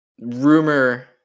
rumor